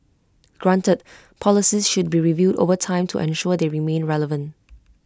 granted policies should be reviewed over time to ensure they remain relevant